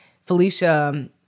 Felicia